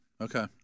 Okay